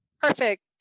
perfect